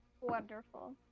Wonderful